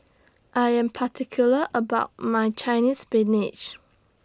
I Am particular about My Chinese Spinach